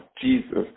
Jesus